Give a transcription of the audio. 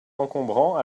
encombrants